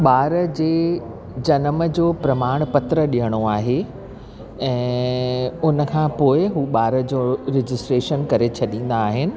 ॿार जे ॼनम जो प्रमाण पत्र ॾियणो आहे ऐं उन खां पोइ ॿार जो रजिस्ट्रेशन करे छॾींदा आहिनि